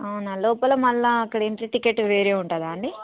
అవునా లోపల మళ్ళా అక్కడ ఎంట్రీ టికెటు వేరే ఉంటుందా అండి